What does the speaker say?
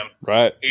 Right